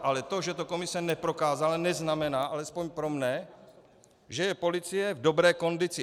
Ale to, že to komise neprokázala, neznamená, alespoň pro mne, že je policie v dobré kondici.